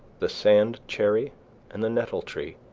the sand cherry and the nettle-tree,